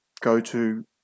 go-to